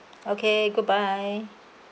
okay goodbye